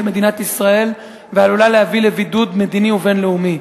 מדינת ישראל ועלולה להביא לבידוד מדיני ובין-לאומי.